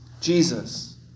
Jesus